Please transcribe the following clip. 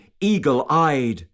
eagle-eyed